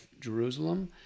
Jerusalem